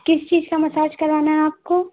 किस चीज़ का मसाज कराना है आपको